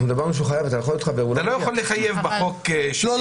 אנחנו דיברנו שהוא חייב --- אתה לא יכול לחייב בחוק --- לא,